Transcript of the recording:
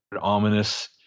ominous